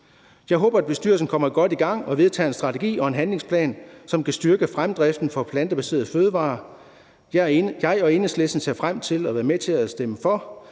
Jeg håber, at bestyrelsen kommer godt i gang og vedtager en strategi og en handlingsplan, som kan styrke fremdriften for plantebaserede fødevarer. Jeg og Enhedslisten ser frem til at være med til at stemme for